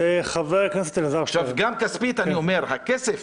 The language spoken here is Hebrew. גם כספית, אני אומר שאת הכסף